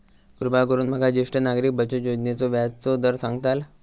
कृपा करून माका ज्येष्ठ नागरिक बचत योजनेचो व्याजचो दर सांगताल